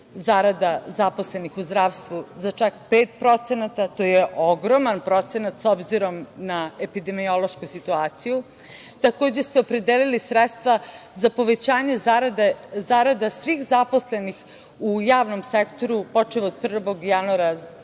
zarada zaposlenih u zdravstvu za čak 5%. To je ogroman procenat s obzirom na epidemiološku situaciju. Takođe ste opredelili sredstva za povećanje zarade svih zaposlenih u javnom sektoru počev od 1. januara